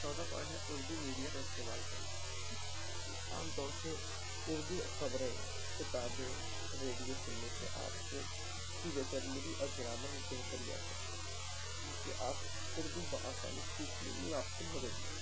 چوتھا پوائنٹ ہے اردو میڈیا کا استعمال کریں عام طور سے اردو خبریں کتابیں ریڈیو سننے سے آپ کو کی ویکیبلری اور گرامر میں بہتری آ سکتی ہے اس سے آپ اردو بآسانی سیکھنے میں آپ کو مدد ملے